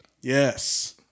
Yes